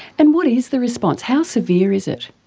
and what is the response? how severe is it?